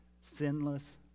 sinless